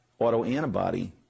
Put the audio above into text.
autoantibody